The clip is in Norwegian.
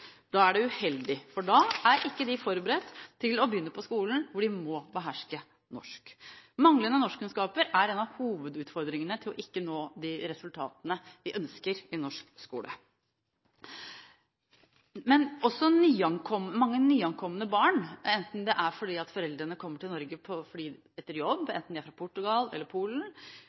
da er ikke barna forberedt til å begynne på skolen, hvor de må beherske norsk. Manglende norskkunnskaper er en av hovedutfordringene ved at man ikke når de resultatene vi ønsker i norsk skole. Men også mange nyankomne barn av foreldre som kommer til Norge for jobb, enten de er fra Portugal eller Polen,